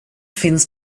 finns